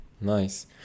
nice